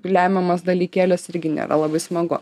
lemiamas dalykėlis irgi nėra labai smagu